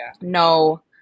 No